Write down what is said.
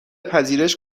پذیرش